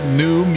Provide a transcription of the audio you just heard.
new